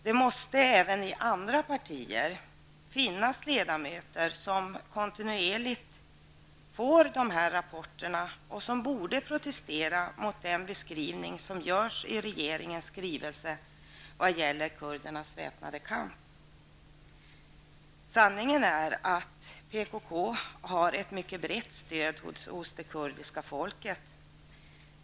Det måste även i andra partier finnas ledamöter som kontinuerligt får dessa rapporter och som borde protestera mot den beskrivning som görs i regeringens skrivelse vad gäller kurdernas väpnade kamp. Sanningen är att PKK har ett mycket brett stöd hos det kurdiska folket.